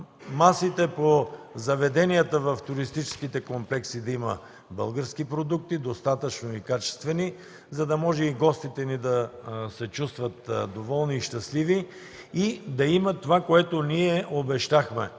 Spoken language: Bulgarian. масите в заведенията в туристическите комплекси качествени български продукти в достатъчно количество, за да може и гостите ни да се чувстват доволни и щастливи, да има това, което ние обещахме